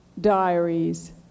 diaries